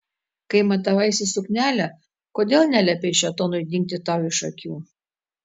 kai matavaisi suknelę kodėl neliepei šėtonui dingti tau iš akių